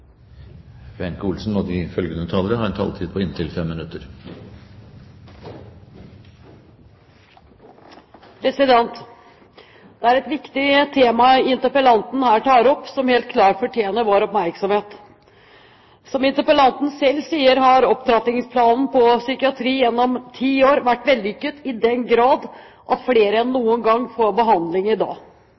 å bruke de gode eksemplene – og bringe dem videre. Det er et viktig tema som helt klart fortjener vår oppmerksomhet, interpellanten her tar opp. Som interpellanten selv sier, har opptrappingsplanen innen psykiatri gjennom ti år vært vellykket i den grad at i dag får flere enn noen gang behandling.